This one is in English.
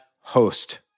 host